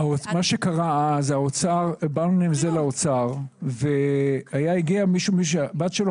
מה שקרה זה שבאנו עם זה לאוצר והגיע מישהו שהבת שלו